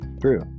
true